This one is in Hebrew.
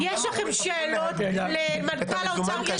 יש לכם שאלות למנכ"ל האוצר.